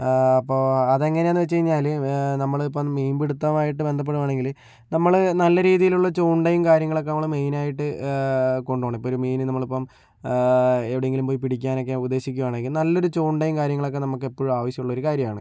അപ്പോൾ അതെങ്ങനെയെന്ന് വെച്ചുകഴിഞ്ഞാല് നമ്മള് ഇപ്പോൾ മീൻപിടുത്തവുമായിട്ട് ബന്ധപ്പെടുവാണെങ്കില് നമ്മള് നല്ല രീതിയിലുള്ള ചൂണ്ടയും കാര്യങ്ങളൊക്കെ നമ്മള് മെയിനായിട്ട് കൊണ്ടുപോകണം ഇപ്പോൾ ഒരു മീന് നമ്മളിപ്പോൾ എവിടെയെങ്കിലും പോയി പിടിക്കാൻ ഒക്കെ ഉദ്ദേശിക്കുകയാണെങ്കിൽ നല്ലൊരു ചൂണ്ടയും കാര്യങ്ങളൊക്കെ നമുക്ക് എപ്പോഴും ആവശ്യമുള്ളൊരു കാര്യമാണ്